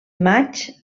maig